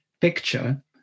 picture